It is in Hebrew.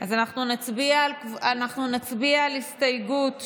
אנחנו נצביע על הסתייגות 38,